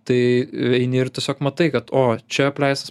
tai eini ir tiesiog matai kad o čia apleistas